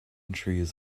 trees